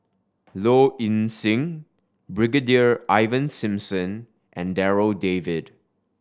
Low Ing Sing Brigadier Ivan Simson and Darryl David